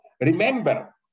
Remember